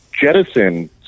jettison